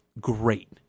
great